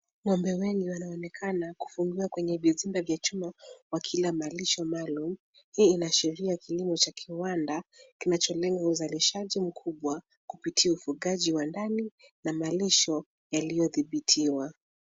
Ng'ombe wengi wanaonekana kufungiwa kwenye vizimba vya chuma wakila malisho maalum. Hii inaashiria kilimo cha kiwanda kinacholenga uzalishaji mkubwa kupitia ufugaji wa ndani na malisho yaliyodhibitiwa.